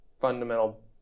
fundamental